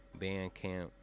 Bandcamp